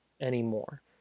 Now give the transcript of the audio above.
anymore